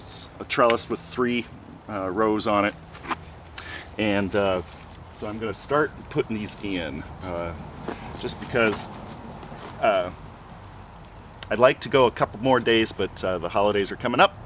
it's a trust with three rows on it and so i'm going to start putting these in just because i'd like to go a couple more days but the holidays are coming up